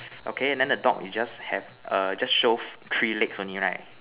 okay and then the dog we just have err just shove three legs only right